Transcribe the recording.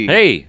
Hey